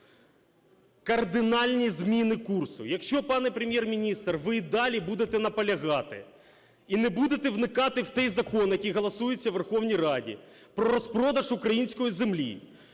Кардинальні зміни курсу. Якщо, пане Прем’єр-міністр, ви і далі будете наполягати і не будете вникати в той закон, який голосується у Верховній Раді, про розпродаж української землі